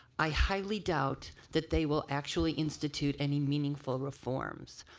i highly doubt that they will actually institute any meaningful reforms.